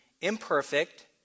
Imperfect